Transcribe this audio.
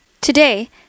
Today